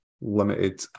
limited